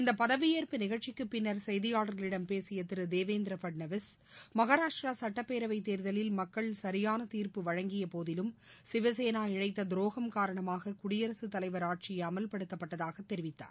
இந்த பதவியேற்பு நிகழ்ச்சிக்கு பின்னர் செய்தியாளர்களிடம் பேசிய திரு தேவேந்திர பட்னாவிஸ் மகாராஷ்டிரா சட்டப்பேரவைத் தேர்தலில் மக்கள் சரியான தீர்ப்பு வழங்கியபோதிலும் சிவசேனா இனழத்த துரோகம் காரணமாக குடியரசுத்தலைவர் ஆட்சி அமல்படுத்தப்பட்டதாக தெரிவித்தார்